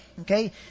Okay